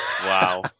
Wow